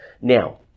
now